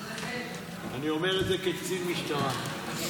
אני אומר את זה כקצין משטרה.